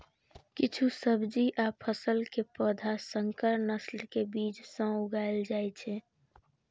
किछु सब्जी आ फसल के पौधा संकर नस्ल के बीज सं उगाएल जाइ छै